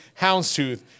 houndstooth